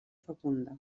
fecunda